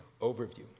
overview